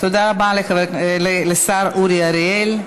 תודה רבה לשר אורי אריאל.